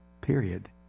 Period